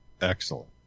Excellent